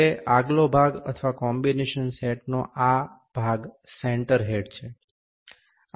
હવે આગલો ભાગ અથવા કોમ્બિનેશન સેટનો ભાગ આ સેન્ટર હેડ છે